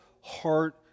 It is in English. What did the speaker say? heart